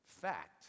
fact